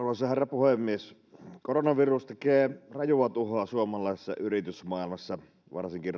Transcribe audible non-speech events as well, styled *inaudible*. puhemies koronavirus tekee rajua tuhoa suomalaisessa yritysmaailmassa varsinkin *unintelligible*